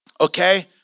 Okay